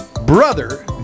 brother